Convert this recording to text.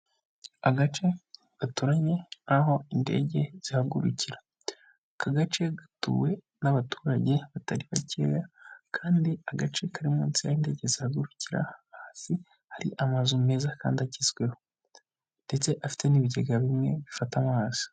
Agace gaturanye n'aho indege zihagurukira, aka gace gatuwe n'abaturage batari bakeya kandi agace kari munsi y'aho indege zihagurukira hasi, hari amazu meza kandi agezweho ndetse afite n'ibigega bimwe bifata amazi.